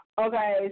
Okay